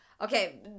Okay